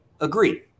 Agree